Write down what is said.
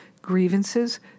Grievances